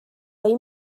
این